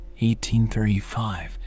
1835